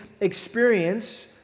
experience